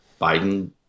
Biden